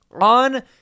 on